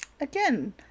Again